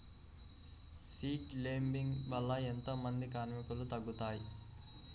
Seed lambing వల్ల ఎంత మంది కార్మికులు తగ్గుతారు?